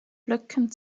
blöcken